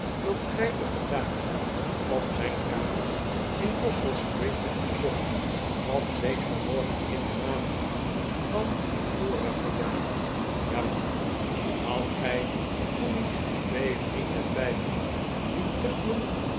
dat gij den gedaagde op zijn kamers in goswell street hebt bezocht op zekeren morgen in de maand juli van het vorige jaar jawel hadt gij toen niet twee vrienden bij u die